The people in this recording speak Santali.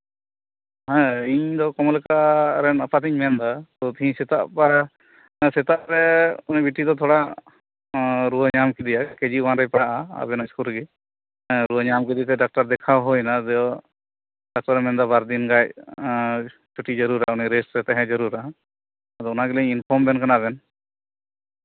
ᱦᱮᱸ ᱤᱧ ᱫᱚ ᱠᱚᱢᱚᱞᱚᱛᱟ ᱨᱮᱱ ᱟᱯᱟᱛ ᱤᱧ ᱢᱮᱱᱫᱟ ᱛᱳ ᱦᱮᱦᱤᱧ ᱥᱮᱛᱟᱜ ᱵᱮᱲᱟ ᱥᱮᱛᱟᱜ ᱨᱮ ᱵᱤᱴᱤ ᱫᱚ ᱛᱷᱚᱲᱟ ᱨᱩᱣᱟᱹ ᱧᱟᱢ ᱠᱮᱫᱮᱭᱟ ᱠᱮᱡᱤ ᱳᱭᱟᱱ ᱨᱮ ᱯᱟᱲᱦᱟᱜ ᱟᱭ ᱟᱵᱮᱱᱟᱜ ᱤᱥᱠᱩᱞ ᱨᱮᱜᱮ ᱦᱮᱸ ᱨᱩᱣᱟᱹ ᱧᱟᱢ ᱠᱮᱫᱮᱛᱮ ᱰᱚᱠᱴᱚᱨ ᱫᱮᱠᱷᱟᱣ ᱦᱩᱭ ᱱᱟ ᱟᱫᱚ ᱰᱚᱠᱴᱚᱨ ᱮ ᱢᱮᱱᱫᱟ ᱵᱟᱨ ᱫᱤᱱ ᱜᱟᱡ ᱪᱷᱩᱴᱤ ᱡᱟᱹᱨᱩᱲᱟ ᱩᱱᱤ ᱨᱮᱥᱴ ᱨᱮ ᱛᱟᱦᱮᱸ ᱡᱟᱹᱨᱩᱲᱟ ᱟᱫᱚ ᱚᱱᱟᱜᱮᱞᱤᱧ ᱤᱱᱯᱷᱚᱨᱢ ᱟᱵᱮᱱ ᱠᱟᱱᱟ ᱟᱵᱮᱱ